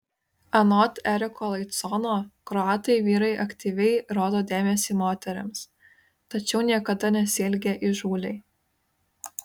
anot eriko laicono kroatai vyrai aktyviai rodo dėmesį moterims tačiau niekada nesielgia įžūliai